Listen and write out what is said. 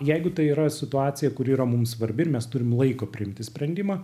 jeigu tai yra situacija kuri yra mum svarbi ir mes turim laiko priimti sprendimą